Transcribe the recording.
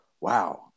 wow